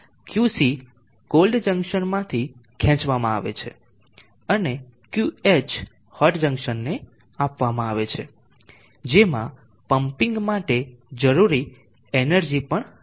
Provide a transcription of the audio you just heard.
QC cold જંકશનમાંથી ખેંચવામાં આવે છે અને QH હોટ જંકશનને આપવામાં આવે છે જેમાં પંમ્પિંગ માટે જરૂરી એનર્જી પણ શામેલ છે